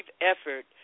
effort